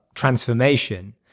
Transformation